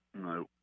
No